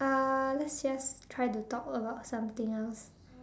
uh let's just try to talk about something else